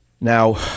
now